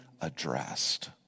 addressed